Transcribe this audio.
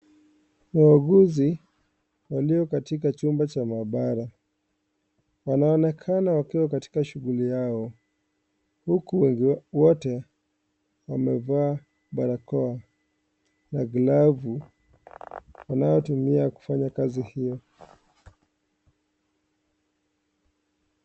Wauguzi walio katika chumba cha maabara, wanaonekana wakiwa katika shughuli yao huku wengi wao wote wamevaa barakoa na glavu wanayotumia kufanya kazi hio.